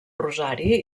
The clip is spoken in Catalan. rosari